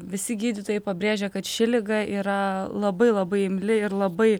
visi gydytojai pabrėžia kad ši liga yra labai labai imli ir labai